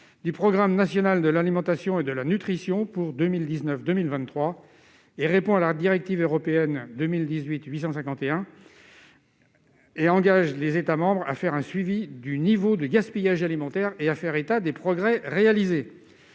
du programme national de l'alimentation et de la nutrition (PNAN) pour la période 2019-2023, réponse à la directive européenne n° 2018/851 engageant les États membres à réaliser un suivi du niveau de gaspillage alimentaire et à faire état des progrès réalisés.